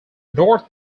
north